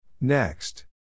Next